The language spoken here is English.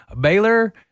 Baylor